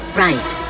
right